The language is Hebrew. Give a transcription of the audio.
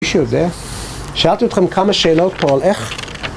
מישהו יודע? שאלתי אתכם כמה שאלות פה על איך